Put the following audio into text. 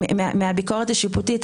מהביקורת השיפוטית.